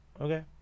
Okay